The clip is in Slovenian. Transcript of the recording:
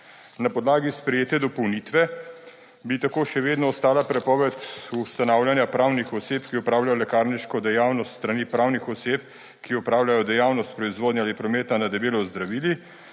Na podlagi sprejete dopolnitve bi tako še vedno ostale prepoved ustanavljanja pravnih oseb, ki opravljajo lekarniško dejavnost s strani pravnih oseb, ki opravljajo dejavnost proizvodnje ali prometa na debelo z zdravili,